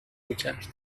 میکرد